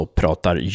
pratar